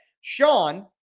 Sean